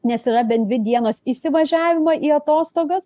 nes yra bent dvi dienos įsivažiavimo į atostogas